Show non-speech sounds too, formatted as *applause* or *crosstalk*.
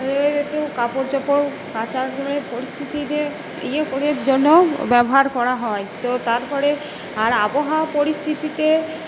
*unintelligible* কাপড় চোপড় কাচার *unintelligible* পরিস্থিতি যে ইয়ে করে জন্য ব্যবহার করা হয় তো তারপরে আর আবহাওয়া পরিস্থিতিতে